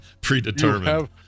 predetermined